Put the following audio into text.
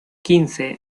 quince